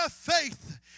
faith